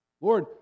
Lord